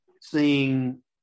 seeing